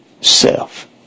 self